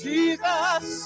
Jesus